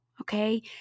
okay